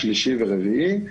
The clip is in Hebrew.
שלישי ורביעי.